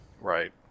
Right